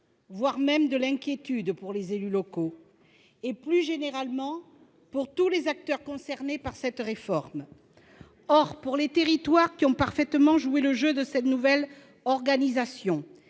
voire de l'inquiétude, pour les élus locaux et, plus généralement, pour tous les acteurs concernés par cette réforme. Or pour les territoires qui ont parfaitement joué le jeu de cette nouvelle organisation,